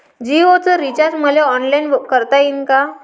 जीओच रिचार्ज मले ऑनलाईन करता येईन का?